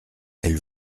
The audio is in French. elle